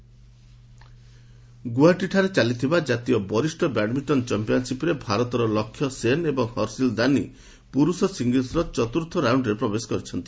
badminton ଗୁଆହାଟୀଠାରେ ଚାଲିଥିବା ଜାତୀୟ ବରିଷ ବ୍ୟାଡମିଷ୍ଟନ ଚମ୍ପିୟନ୍ସିପ୍ରେ ଭାରତର ଲକ୍ଷ୍ୟ ସେନ୍ ଏବଂ ହର୍ଷିଲ ଦାନୀ ପୁରୁଷ ସିଙ୍ଗିଲ୍ସର ଚତୁର୍ଥ ରାଉଶ୍ଚରେ ପ୍ରବେଶ କରିଛନ୍ତି